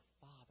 father